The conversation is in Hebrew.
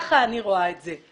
כך אני רואה את זה.